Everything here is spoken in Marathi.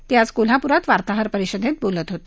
ते आज कोल्हाप्रात वार्ताहर परिषदेत बोलत होते